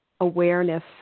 awareness